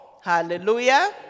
Hallelujah